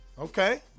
okay